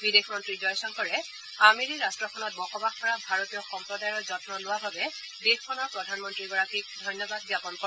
বিদেশ মন্ত্ৰী জয়শংকৰে আমিৰি ৰাট্টখনত বসবাস কৰা ভাৰতীয় সম্প্ৰদায়ৰ যন্ন লোৱা বাবে দেশখনৰ প্ৰধানমন্ত্ৰীগৰাকীক ধন্যবাদ জাপন কৰে